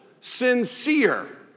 sincere